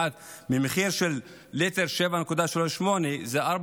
ממחיר של 7.8 לליטר,